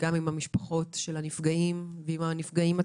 ועם המשפחות של הנפגעים ועם הנפגעים עצמם,